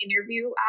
interview